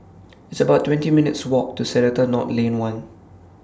It's about twenty minutes' Walk to Seletar North Lane one